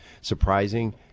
surprising